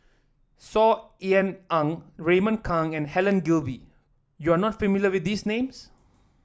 Saw Ean Ang Raymond Kang and Helen Gilbey you are not familiar with these names